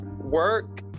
work